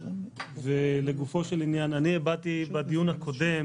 ולגופו של עניין, הבעתי בדיון הקודם